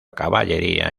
caballería